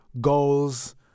goals